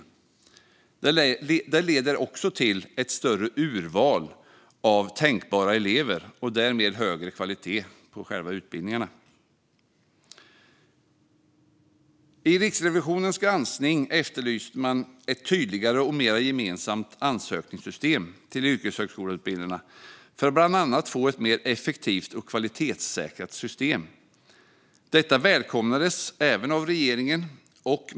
Det leder också till ett större urval av tänkbara elever och därmed högre kvalitet på själva utbildningarna. I Riksrevisionens granskning efterlyser man ett tydligare och mer gemensamt ansökningssystem till yrkeshögskoleutbildningarna för att bland annat få ett mer effektivt och kvalitetssäkrat system. Detta välkomnades även av regeringen.